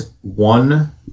one